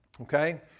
okay